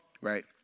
Right